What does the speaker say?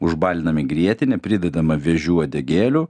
užbalinami grietine pridedama vėžių uodegėlių